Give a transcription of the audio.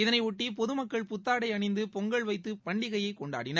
இதனையொட்டி பொதுமக்கள் புத்தாடை அணிந்து பொங்கல் வைத்து பண்டிகையை கொண்டாடினர்